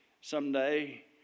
someday